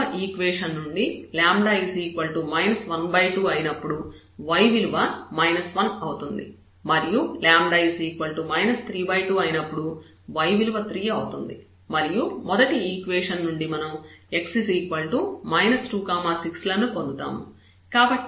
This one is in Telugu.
ఈ రెండవ ఈక్వేషన్ నుండి λ 12 అయినప్పుడు y విలువ 1 అవుతుంది మరియు 32 అయినప్పుడు y విలువ 3 అవుతుంది మరియు మొదటి ఈక్వేషన్ నుండి మనం x 26 లను పొందుతాము